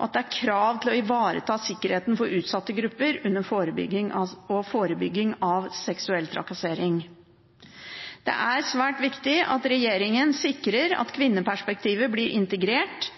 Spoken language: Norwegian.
at det er krav til å ivareta sikkerheten for utsatte grupper, herunder forebygging av seksuell trakassering. Det er svært viktig at regjeringen sikrer at kvinneperspektivet blir integrert